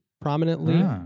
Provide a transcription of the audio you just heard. prominently